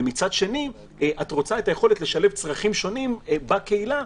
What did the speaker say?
ומצד שני, שתהיה יכולת לשלב צרכים שעולים בקהילה.